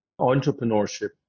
entrepreneurship